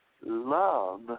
love